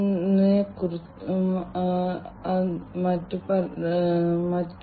വിവിധ ഖനികളിൽ ഖനന വ്യവസായം ആരംഭിക്കാൻ നമുക്ക് ഉദാഹരണങ്ങൾ പറയാം